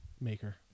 maker